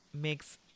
makes